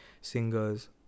singers